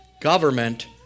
government